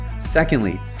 Secondly